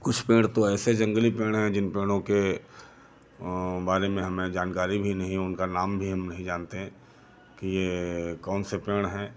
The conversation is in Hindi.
कुछ पेड़ तो ऐसे जंगली पेड़ हैं जिन पेड़ों के बारे में हमें जानकारी भी नहीं है उनका नाम भी हम नहीं जानते हैं कि कौन से पेड़ हैं